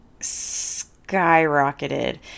skyrocketed